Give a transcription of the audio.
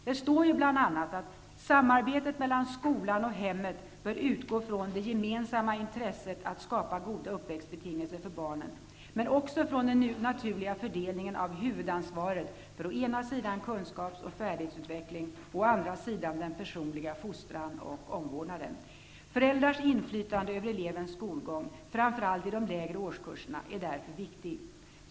Där står bl.a.: ''Samarbetet mellan skolan och hemmet bör utgå från det gemensamma intresset att skapa goda uppväxtbetingelser för barnen men också från den naturliga fördelningen av huvudansvaret för å ena sidan kunskaps och färdighetsutvecklingen och å andra sidan den personliga fostran och omvårdnaden. Föräldrars inflytande över elevens skolgång, framför allt i de lägre årskurserna, är därför viktigt.